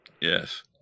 Yes